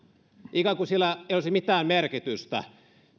ikään kuin sillä ei olisi mitään merkitystä